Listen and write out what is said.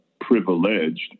privileged